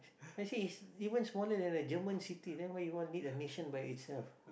I say is is even smaller than a German city then why you want to lead a nation by itself